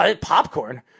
Popcorn